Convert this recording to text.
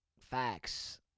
Facts